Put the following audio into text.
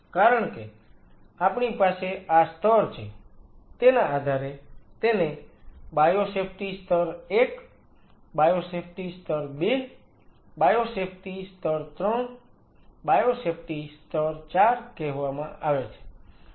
કારણ કે આપણી પાસે આ સ્તર છે તેના આધારે તેને બાયોસેફ્ટી સ્તર 1 બાયોસેફ્ટી સ્તર 2 બાયોસેફ્ટી સ્તર 3 બાયોસેફ્ટી સ્તર 4 કહેવામાં આવે છે